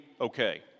okay